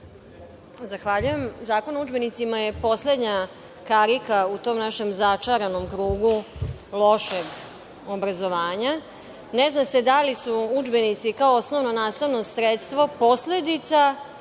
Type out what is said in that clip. Zahvaljujem. Zakon o udžbenicima je poslednja karika u tom našem začaranom krugu lošeg obrazovanja. Ne zna se da li su udžbenici kao osnovno nastavno sredstvo posledica